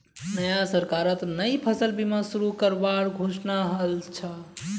नया सरकारत नई फसल बीमा शुरू करवार घोषणा हल छ